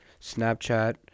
Snapchat